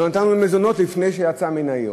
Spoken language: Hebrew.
לא נתנו לו מזונות לפני שיצא מן העיר.